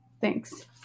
Thanks